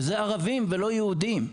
אלה ערבים ולא יהודים,